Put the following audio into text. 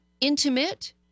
intimate